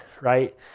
right